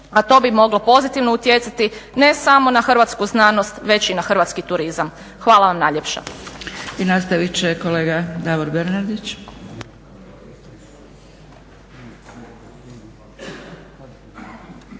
a to bi moglo pozitivno utjecati ne samo na hrvatsku znanost već i na hrvatski turizam. Hvala vam najljepša.